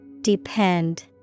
Depend